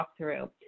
walkthrough